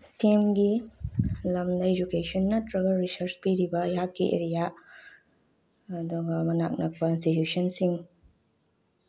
ꯏꯁꯀꯦꯝꯒꯤ ꯂꯝꯗ ꯏꯖꯨꯀꯦꯁꯟ ꯅꯠꯇ꯭ꯔꯒ ꯔꯤꯁꯔꯁ ꯄꯤꯔꯤꯕ ꯑꯩꯍꯥꯛꯀꯤ ꯑꯦꯔꯤꯌꯥ ꯑꯗꯨꯒ ꯃꯅꯥꯛ ꯅꯛꯄ ꯏꯟꯁꯇꯤꯇ꯭ꯋꯨꯁꯟꯁꯤꯡ